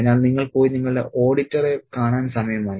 അതിനാൽ നിങ്ങൾ പോയി നിങ്ങളുടെ ഓഡിറ്ററെ കാണാൻ സമയമായി